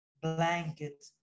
blanket